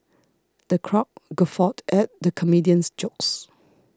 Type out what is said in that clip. the crowd guffawed at the comedian's jokes